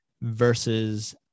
versus